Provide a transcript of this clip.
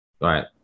right